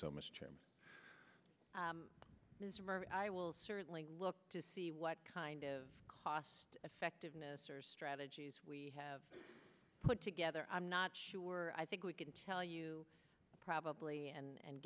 much i will certainly look to see what kind of cost effectiveness or strategies we have put together i'm not sure i think we can tell you probably and